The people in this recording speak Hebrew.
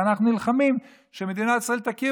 ואנחנו נלחמים שמדינת ישראל תכיר